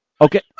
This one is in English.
Okay